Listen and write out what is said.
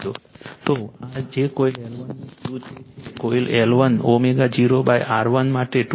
તો પછી આ જે કોઇલ L1 નું Q તે છે કોઇલ L1 ω0 R1 માટે 2